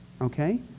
Okay